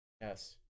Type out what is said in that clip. Yes